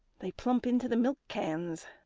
they plump into the milk cans.